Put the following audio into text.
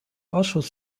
ausschuss